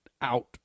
out